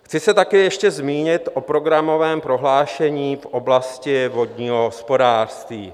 Chci se také ještě zmínit o programovém prohlášení v oblasti vodního hospodářství.